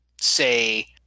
say